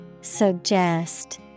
Suggest